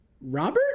robert